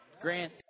Grant